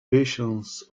patients